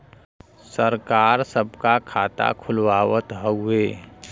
सरकार सबका खाता खुलवावत हउवे